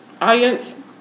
audience